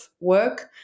work